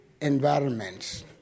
environments